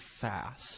fast